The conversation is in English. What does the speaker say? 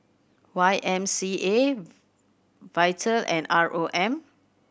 Y M C A Vital and R O M